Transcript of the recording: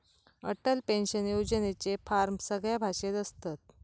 Atal pension योजनेचे form सगळ्या भाषेत असत